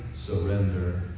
Surrender